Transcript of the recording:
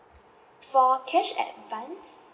for cash advance